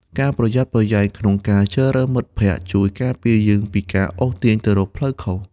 ការប្រយ័ត្នប្រយែងក្នុងការជ្រើសរើសមិត្តភក្តិ ជួយការពារយើងពីការអូសទាញទៅរកផ្លូវខុស។